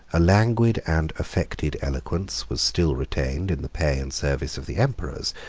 a languid and affected eloquence was still retained in the pay and service of the emperors,